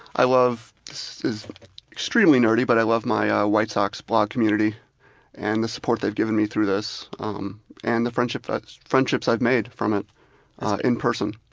i love this is extremely nerdy, but i love my ah white sox blog community and the support they've given me through this um and the friendships but friendships i've made from it in person.